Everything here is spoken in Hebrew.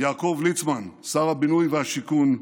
יעקב ליצמן, שר הבינוי והשיכון,